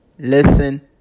Listen